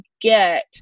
get